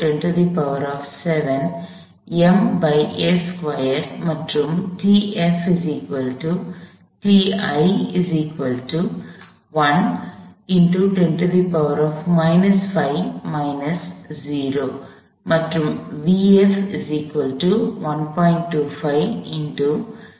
25x 107 ms2 மற்றும் tf ti 1x10 5 - 0 மற்றும் vf 1